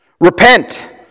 Repent